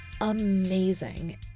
amazing